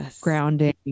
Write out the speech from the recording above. grounding